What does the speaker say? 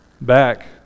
back